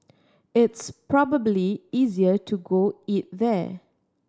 it's probably easier to go eat there